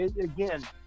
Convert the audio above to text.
again